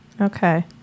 Okay